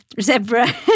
zebra